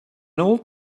old